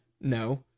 no